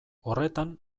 horretan